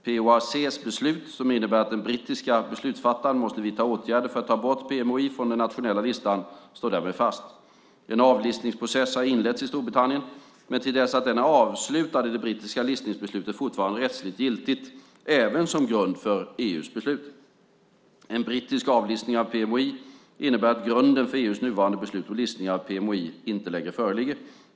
POAC:s beslut, som innebär att den brittiska beslutsfattaren måste vidta åtgärder för att ta bort PMOI från den nationella listan, står därmed fast. En avlistningsprocess har inletts i Storbritannien, men till dess att den är avslutad är det brittiska listningsbeslutet fortfarande rättsligt giltigt, även som grund för EU:s beslut. En brittisk avlistning av PMOI innebär att grunden för EU:s nuvarande beslut om listning av PMOI inte längre föreligger.